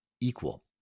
equal